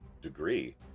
degree